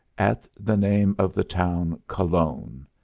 at the name of the town cologne,